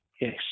Yes